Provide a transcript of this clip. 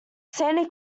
sandy